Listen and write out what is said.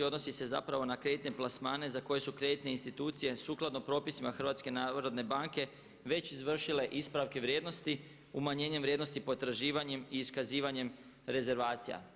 Odnosi se na kreditne plasmane za koje su kreditne institucije sukladno propisima HNB-a već izvršile ispravke vrijednosti, umanjenjem vrijednosti potraživanjem i iskazivanjem rezervacija.